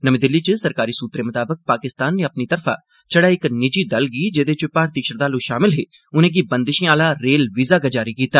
नमीं दिल्ली च सरकारी सूत्रें मताबक पाकिस्तान नै अपनी तरफा छड़ा इक निजी दल गी जेहदे च मारतीय श्रद्धालु शामल हे उनेंगी बंदिशें आहला रेल वीजा गै जारी कीता